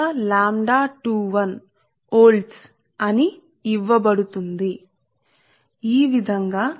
కాబట్టి ఈ విధంగా మేము mutual inductance పరస్పర ప్రేరణను నిర్ణయించగలము కాని ఈ వివరాలు తరువాత చూస్తాము